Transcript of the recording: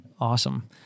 Awesome